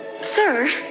sir